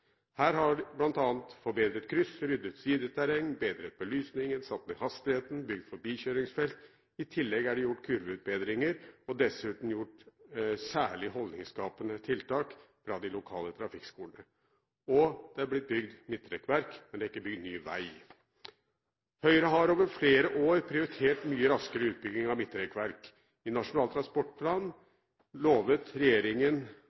Her har de bl.a. forbedret kryss, ryddet sideterreng, bedret belysningen, satt ned hastigheten og bygd forbikjøringsfelt. I tillegg er det gjort kurveutbedringer. Dessuten er det gjort særskilte holdningsskapende tiltak ved de lokale trafikkskolene. Det er blitt bygd midtrekkverk, men det er ikke blitt bygd ny vei. Høyre har over flere år prioritert mye raskere utbygging av midtrekkverk. I Nasjonal transportplan lovte regjeringen